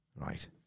Right